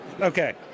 okay